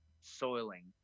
soiling